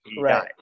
right